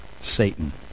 Satan